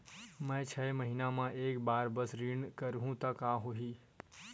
मैं छै महीना म एक बार बस ऋण करहु त का होही?